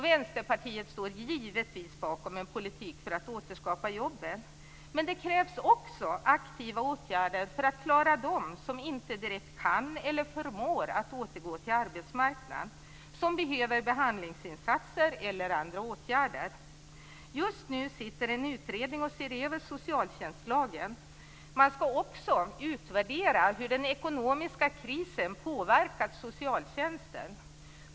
Vänsterpartiet står givetvis bakom en politik för att återskapa jobben, men det krävs också aktiva åtgärder för att klara dem som inte direkt kan eller förmår att återgå till arbetsmarknaden, som behöver behandlingsinsatser eller andra åtgärder. Just nu sitter en utredning och ser över socialtjänstlagen. Man skall också utvärdera hur den ekonomiska krisen påverkar socialtjänsten.